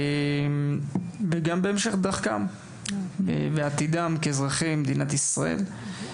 בהמשך דרכם ובעתידם כאזרחים במדינת ישראל.